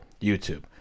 YouTube